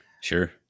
Sure